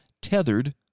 tethered